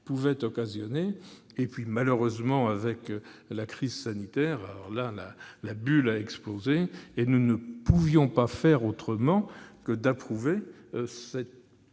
pouvait occasionner. Malheureusement, avec la crise sanitaire, la bulle a explosé et nous ne pouvions pas faire autrement que d'approuver cette